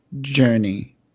journey